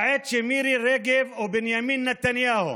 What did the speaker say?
בעת שמירי רגב או בנימין נתניהו